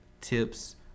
tips